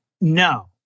No